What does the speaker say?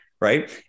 right